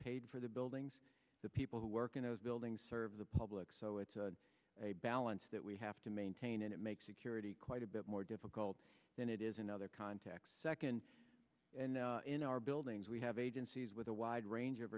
paid for the buildings the people who work in those buildings serve the public so it's a balance that we have to maintain and it makes security quite a bit more difficult than it is in other contexts second and in our buildings we have agencies with a wide range of